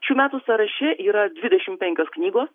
šių metų sąraše yra dvidešimt penkios knygos